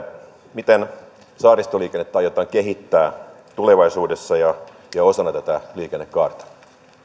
miten saaristoliikennettä aiotaan kehittää tulevaisuudessa ja osana tätä liikennekaarta